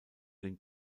den